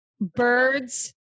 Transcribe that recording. birds